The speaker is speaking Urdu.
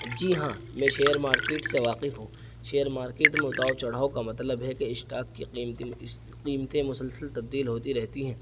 جی ہاں میں شیئر مارکیٹ سے واقف ہوں شیئر مارکیٹ میں اتاؤ چڑھاؤ کا مطلب ہے کہ اسٹاک کی قیمتیں مسلسل تبدیل ہوتی رہتی ہیں